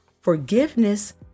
Forgiveness